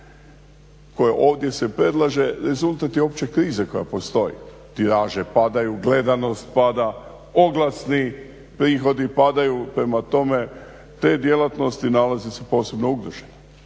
koje ovdje se predlaže rezultat je opće krize koja postoji. Tiraže padaju, gledanost pada, oglasni prihodi padaju. Prema tome, te djelatnosti nalaze se posebno ugroženim,